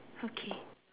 okay